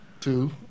Two